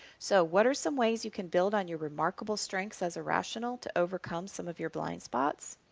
so what are some ways you can build on your remarkable strengths as a rational to overcome some of your blind spots?